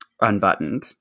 unbuttoned